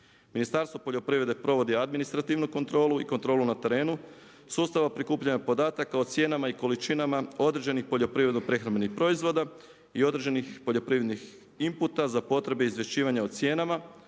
Ministarstvo poljoprivrede provodi administrativnu kontrolu i kontrolu na terenu, sustava prikupljanja podataka o cijenama i količinama određenih poljoprivredno prehrambenih proizvoda i određenih poljoprivrednih inputa za potrebe za izvješćivanja o cijenama,